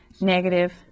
negative